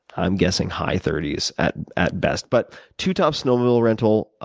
i'm guessing, high thirty s at at best. but two top snowmobile rental,